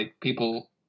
people